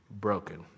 broken